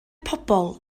pobl